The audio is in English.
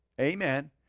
Amen